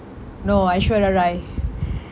no aishwarya rai